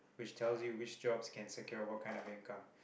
which tells you which jobs can secure you what kind of income